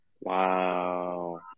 Wow